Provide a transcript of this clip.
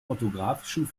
orthografischen